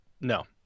no